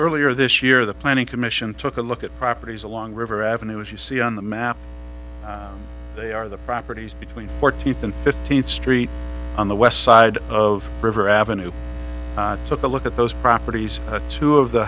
earlier this year the planning commission took a look at properties along the river avenue as you see on the map they are the properties between fourteenth and fifteenth street on the west side of river avenue took a look at those properties two of the